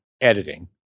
editing